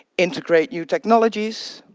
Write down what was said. integrate new technologies.